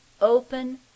open